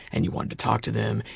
and you wanted to talk to them.